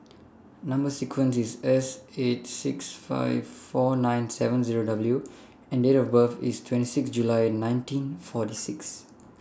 Number sequence IS S eight six five four nine seven Zero W and Date of birth IS twenty six July nineteen forty six